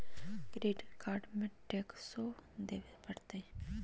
Credit card में टेक्सो देवे परते?